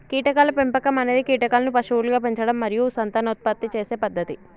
కీటకాల పెంపకం అనేది కీటకాలను పశువులుగా పెంచడం మరియు సంతానోత్పత్తి చేసే పద్ధతి